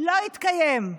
לא התקיים.